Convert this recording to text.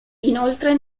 inoltre